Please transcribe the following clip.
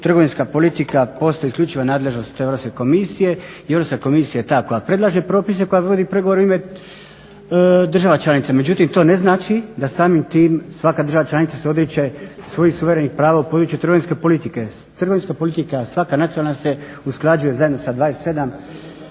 trgovinska politika postaje isključivo nadležnost Europske komisije i Europska komisija je ta koja predlaže propise i koja vodi pregovore u ime država članica. Međutim, to ne znači da samim tim svaka država članica se odriče svojih suverenih prava u području trgovinske politike. Trgovinska politika svaka nacionalna se usklađuje zajedno sa 27,